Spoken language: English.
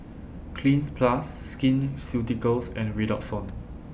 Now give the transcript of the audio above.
Cleanz Plus Skin Ceuticals and Redoxon